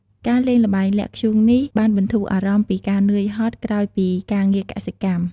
ការលេងល្បែងលាក់ធ្យូងនេះ បានបន្ធូរអារម្មណ៍ ពីការនឿយហត់ក្រោយពីការងារកសិកម្ម។